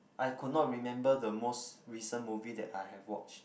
I could not remember the most recent movie that I have watched